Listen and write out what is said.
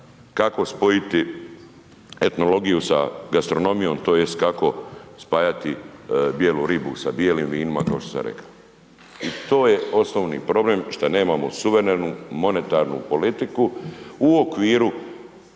kako spojiti etnologiju sa gastronomijom tj. kako spajati bijelu ribu sa bijelim vinima, kao što sam rekao. I to je osnovno problem šta nemamo suverenu monetarnu politiku u okviru